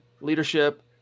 leadership